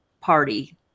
party